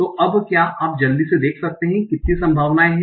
तो अब क्या आप जल्दी से देख सकते हैं कि कितनी संभावनाएं हैं